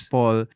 Paul